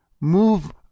move